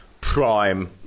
prime